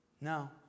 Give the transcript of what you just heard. No